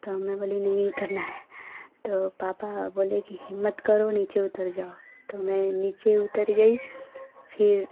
तो मैं बोली नहीं उतरना है तो पापा बोले कि हिम्मत करो नीचे उतर जाओ तो मैं नीचे उतर गई फिर